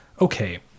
okay